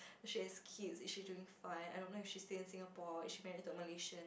does she has kids is she doing fine I don't know if she stay in Singapore is she married to a Malaysian